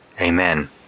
Amen